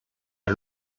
per